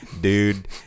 dude